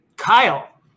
Kyle